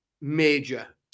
major